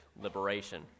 liberation